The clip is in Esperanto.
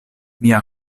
mia